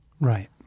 Right